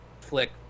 flick